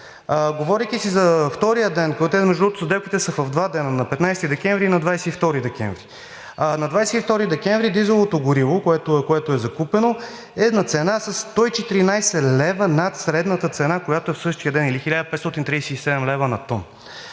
Говорейки си за втория ден, защото, между другото, сделките са в два дена – на 15 декември и на 22 декември. На 22 декември дизеловото гориво, което е закупено, е на цена със 114 лв. над средната цена, която е в същия ден, или 1537 лв. на тон,